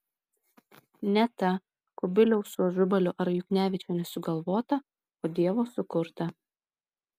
ne ta kubiliaus su ažubaliu ar juknevičiene sugalvota o dievo sukurta